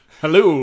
Hello